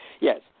Yes